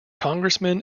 congressman